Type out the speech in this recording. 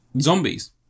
zombies